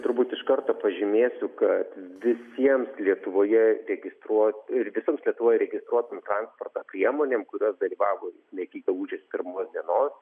turbūt iš karto pažymėsiu kad visiems lietuvoje registruoti ir visoms lietuvoje registruotoms transporto priemonėm kurios dalyvavo iki gegužės pirmos dienos